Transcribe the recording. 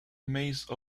maze